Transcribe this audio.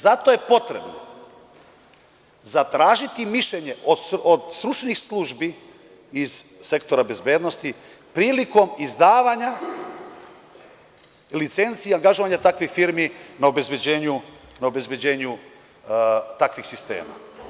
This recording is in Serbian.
Zato je potrebno zatražiti mišljenje od stručnih službi iz sektora bezbednosti prilikom izdavanja licenci angažovanja takvih firmi na obezbeđenju takvih sistema.